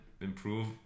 improve